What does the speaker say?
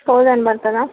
thousand పడుతుందా